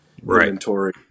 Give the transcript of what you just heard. inventory